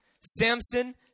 Samson